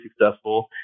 successful